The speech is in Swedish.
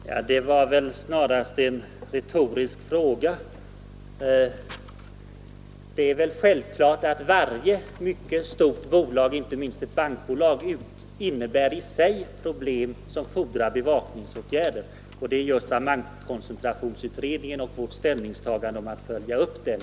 Fru talman! Det var väl snarast en retorisk fråga som herr Svensson i Malmö ställde. Det är självklart att varje mycket stort bolag, inte minst ett bankbolag, innebär i sig problem som fordrar bevakningsåtgärder. Det är just vad koncentrationsutredningen betyder och vårt ställningstagande är att följa upp den.